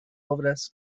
obras